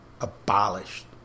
abolished